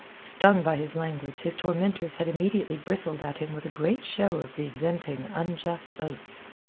stung by his language, his tormentors had immediately bristled at him with a great show of resenting unjust oaths.